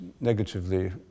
negatively